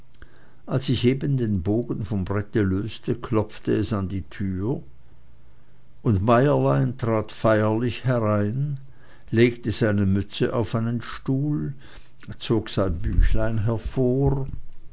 als ich eben den bogen vom brette löste klopfte es an die tür und meierlein trat feierlich herein legte seine mütze auf einen stuhl zog sein büchlein hervor